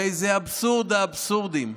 הרי זה אבסורד האבסורדים.